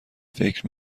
فکر